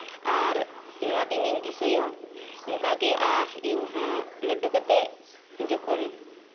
ᱟᱨ ᱱᱚᱣᱟ ᱫᱤᱱᱤᱧ ᱫᱤᱥᱟᱹᱭᱟ ᱚᱱᱠᱟ ᱜᱮ ᱟᱨ ᱤᱧᱦᱚᱸ ᱞᱟᱹᱴᱩ ᱠᱟᱛᱮᱫ ᱞᱟᱹᱴᱩ ᱠᱟᱛᱮᱜ ᱡᱚᱠᱷᱚᱱ